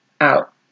out